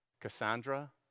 Cassandra